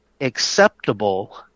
acceptable